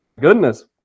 Goodness